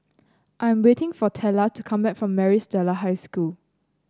I am waiting for Tella to come back from Maris Stella High School